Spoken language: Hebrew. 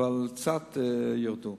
אבל קצת ירדו.